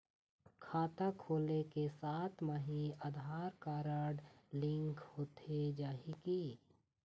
खाता खोले के साथ म ही आधार कारड लिंक होथे जाही की?